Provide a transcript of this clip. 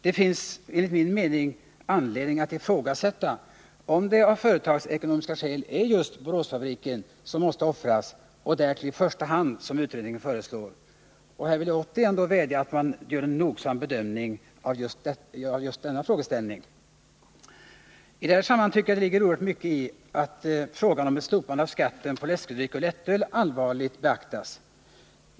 Det finns alltså enligt min mening anledning att ifrågasätta om det av företagsekonomiska skäl är just Boråsfabriken som måste offras, och därtill i första hand, som utredningen föreslår. Jag vill återigen vädja att man gör en nogsam bedömning av just denna frågeställning. I det här sammanhanget tycker jag att det ligger oerhört mycket i att frågan om ett slopande av skatten på läskedrycker och lättöl allvarligt beaktas.